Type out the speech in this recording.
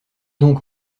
donc